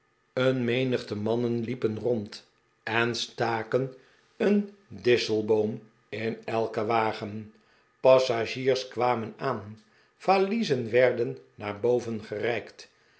een menigte mannen liepen rond en staken een disselboom in elken wagen passagiers kwamen aan valiezen werden naar boven gereikt